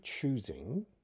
choosing